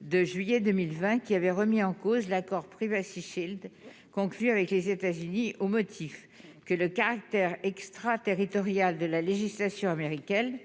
de juillet 2020, qui avait remis en cause l'accord Privacy Shield conclu avec les États-Unis au motif que le caractère extra- territorial de la législation américaine